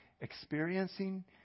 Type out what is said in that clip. experiencing